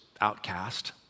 outcast